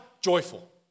joyful